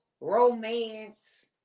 romance